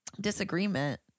disagreement